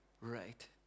right